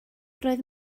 roedd